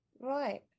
Right